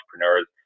entrepreneurs